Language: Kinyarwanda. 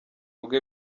bwe